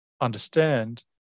understand